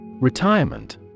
Retirement